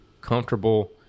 comfortable